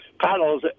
panels